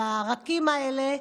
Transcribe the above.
על הרכים האלה,